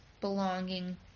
belonging